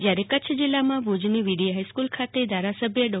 જયારે કચ્છ જિલ્લામાં ભુજની વીડી હાઈસ્કુલ ખાતે ધારાસભ્ય ડો